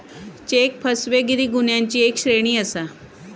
check फसवेगिरी गुन्ह्यांची एक श्रेणी आसा